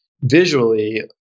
visually